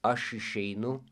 aš išeinu